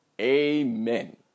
Amen